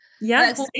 yes